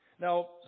Now